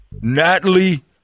Natalie